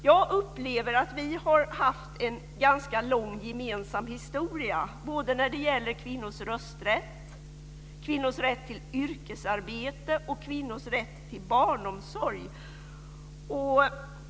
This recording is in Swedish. Jag upplever att vi har haft en ganska lång gemensam historia, t.ex. när det gäller kvinnors rösträtt, kvinnors rätt till yrkesarbete och kvinnors rätt till barnomsorg.